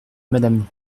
madame